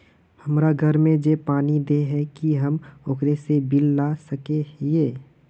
हमरा घर में जे पानी दे है की हम ओकरो से बिल ला सके हिये?